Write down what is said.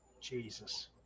Jesus